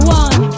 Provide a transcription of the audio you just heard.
one